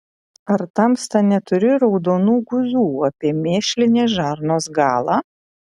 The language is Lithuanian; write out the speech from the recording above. ar tamsta neturi raudonų guzų apie mėšlinės žarnos galą